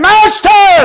Master